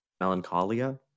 melancholia